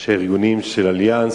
את ראשי הארגונים של "אליאנס".